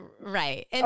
Right